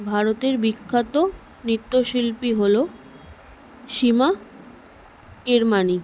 ভারতের বিখ্যাত নৃত্যশিল্পী হল সীমা কিরমানি